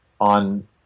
on